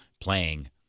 playing